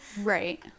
right